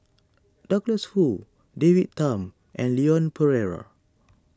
Douglas Foo David Tham and Leon Perera